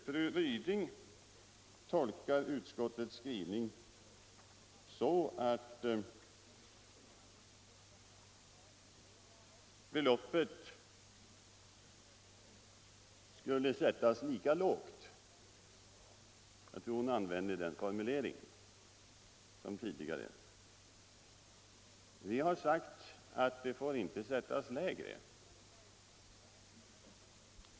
Fru Ryding tolkar utskottets skrivning så, att beloppet skulle sättas lika lågt — jag tror att hon använde den formuleringen —- som tidigare. Vi har sagt att det inte får sättas lägre.